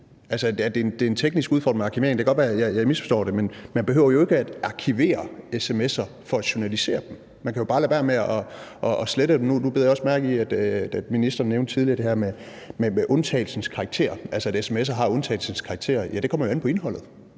at jeg misforstår det, men man behøver jo ikke at arkivere sms'er for at journalisere dem. Man kan jo bare lade være med at slette dem. Nu bed jeg også mærke i, at ministeren tidligere nævnte det her med undtagelsens karakter, altså at sms'er har undtagelsens karakter. Ja, det kommer jo an på indholdet.